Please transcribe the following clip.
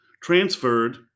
transferred